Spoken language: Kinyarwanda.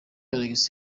alex